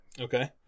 Okay